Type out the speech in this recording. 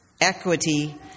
equity